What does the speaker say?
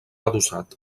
adossat